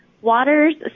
waters